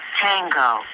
Tango